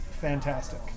fantastic